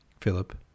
Philip